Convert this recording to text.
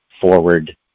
forward